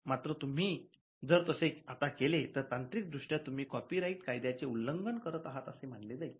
मात्र तुम्ही जर तसे आता केले तर तांत्रिक दृष्ट्या तुम्ही कॉपीराईट कायद्याचे उल्लंघन करत आहात असे मानले जाईल